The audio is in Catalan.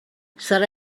serà